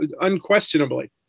unquestionably